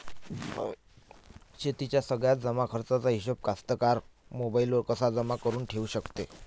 शेतीच्या सगळ्या जमाखर्चाचा हिशोब कास्तकार मोबाईलवर कसा जमा करुन ठेऊ शकते?